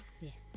Yes